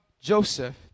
Joseph